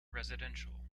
residential